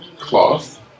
cloth